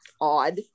odd